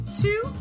two